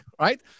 right